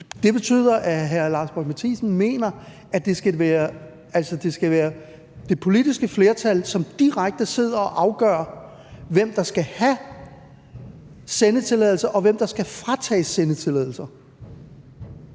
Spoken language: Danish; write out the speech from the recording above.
Det betyder, at hr. Lars Boje Mathiesen mener, at det skal være det politiske flertal, som direkte sidder og afgør, hvem der skal have sendetilladelser, og hvem der skal fratages sendetilladelser.